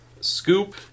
Scoop